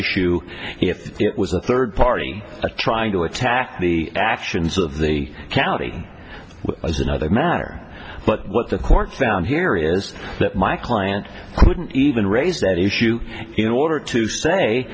issue it was a third party trying to attack the actions of the county is another matter but what the court found here is that my client wouldn't even raise that issue in order to say